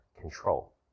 control